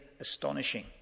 astonishing